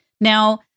Now